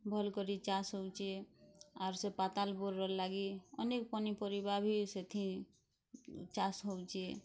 ଭଲ୍ କରି ଚାଷ୍ ହଉଚେ ଆର୍ ସେ ପାତାଲ୍ ପୁର୍ ର ଲାଗି ଅନେକ୍ ପନିପରିବା ବି ସେଥିଁ ଚାଷ୍ ହଉଚି